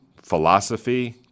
philosophy